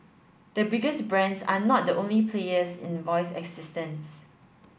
the biggest brands are not the only players in voice assistants